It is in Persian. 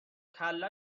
کله